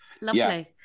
Lovely